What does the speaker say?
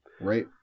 Right